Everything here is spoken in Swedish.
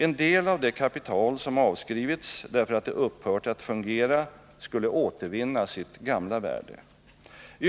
En del av det kapital, som avskrivits därför att det upphört att fungera, skulle återvinna sitt Åtgärder för att stabilisera ekono gamla värde.